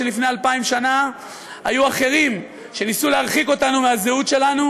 שלפני אלפיים שנה היו אחרים שניסו להרחיק אותנו מהזהות שלנו,